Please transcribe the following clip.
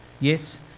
Yes